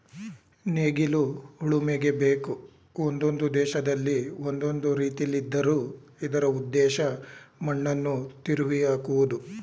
ನೇಗಿಲು ಉಳುಮೆಗೆ ಬೇಕು ಒಂದೊಂದು ದೇಶದಲ್ಲಿ ಒಂದೊಂದು ರೀತಿಲಿದ್ದರೂ ಇದರ ಉದ್ದೇಶ ಮಣ್ಣನ್ನು ತಿರುವಿಹಾಕುವುದು